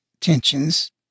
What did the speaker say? tensions